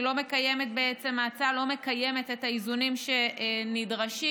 ההצעה לא מקיימת את האיזונים שנדרשים.